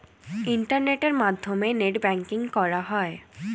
ইন্টারনেটের মাধ্যমে net banking করা হয়